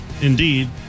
indeed